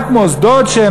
רק מוסדות,